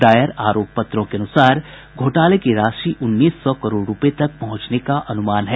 दायर आरोप पत्रों के अनुसार घोटाले की राशि उन्नीस सौ करोड़ रूपये तक पहुंचने का अनुमान है